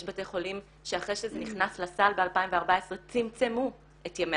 יש בתי חולים שאחרי שזה נכנס לסל ב-2014 צמצמו את ימי